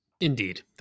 Indeed